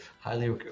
highly